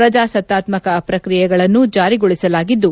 ಪ್ರಜಾಸತ್ತಾತ್ಕಕ ಪ್ರಕ್ರಿಯೆಗಳನ್ನು ಜಾರಿಗೊಳಿಸಲಾಗಿದ್ದು